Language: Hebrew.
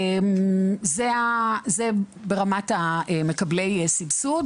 זה ברמת מקבלי סבסוד.